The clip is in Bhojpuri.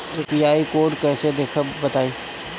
यू.पी.आई कोड कैसे देखब बताई?